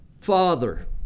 father